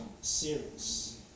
series